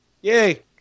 Yay